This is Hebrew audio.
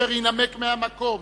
אשר ינמק מהמקום,